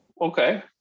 Okay